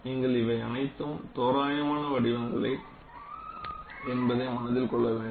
நீங்கள் இவை அனைத்தும் தோராயமான வடிவங்களே என்பதை மனதில் கொள்ள வேண்டும்